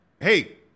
hey